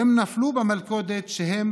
הן נפלו במלכודת שהן